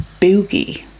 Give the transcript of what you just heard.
boogie